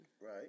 Right